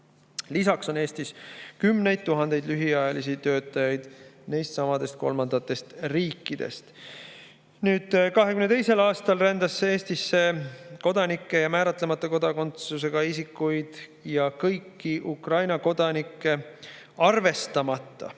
Lisaks on Eestis kümneid tuhandeid lühiajalisi töötajaid neistsamadest kolmandatest riikidest.2022. aastal rändas Eestisse [Eesti Vabariigi] kodanikke ja määratlemata kodakondsusega isikuid ja kõiki Ukraina kodanikke arvestamata